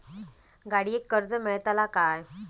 गाडयेक कर्ज मेलतला काय?